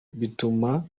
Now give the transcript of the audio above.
bituma